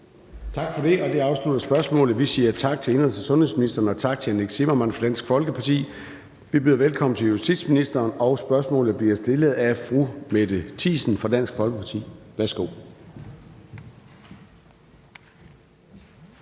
Tak for det. Det afslutter spørgsmålet. Vi siger tak til indenrigs- og sundhedsministeren og tak til hr. Nick Zimmermann fra Dansk Folkeparti. Vi byder velkommen til justitsministeren, og spørgsmålet bliver stillet af fru Mette Thiesen fra Dansk Folkeparti. Kl.